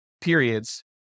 periods